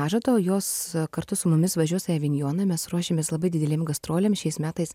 maža to jos kartu su mumis važiuos į avinjoną mes ruošiamės labai didelėm gastrolėm šiais metais